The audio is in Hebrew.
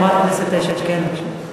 חברת הכנסת שקד, בבקשה.